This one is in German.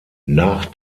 nach